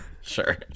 Sure